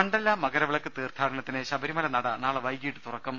മണ്ഡല മകരവിളക്ക് തീർത്ഥാടനത്തിന് ശബരിമല നട നാളെ വൈകീട്ട് തുറക്കും